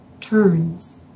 turns